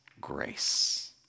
Grace